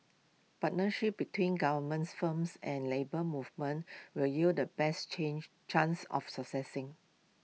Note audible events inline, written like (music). partnership between government's firms and Labour Movement will yield the best change chance of (unintelligible)